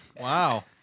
Wow